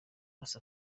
bose